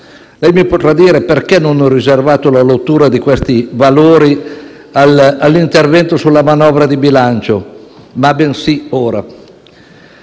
mi potrà chiedere perché non ho riservato la lettura di questi valori all'intervento sulla manovra di bilancio e li